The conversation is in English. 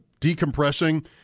decompressing